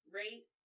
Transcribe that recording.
rate